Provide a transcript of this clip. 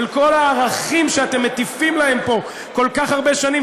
ועל כל הערכים שאתם מטיפים להם פה כל כך הרבה שנים.